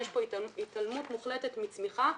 יש כאן התעלמות מוחלטת מצמיחה.